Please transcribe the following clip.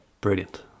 brilliant